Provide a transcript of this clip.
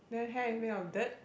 then hair is made of dirt